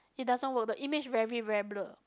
it doesn't work the image very very blur